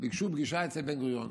ביקשו פגישה אצל בן-גוריון,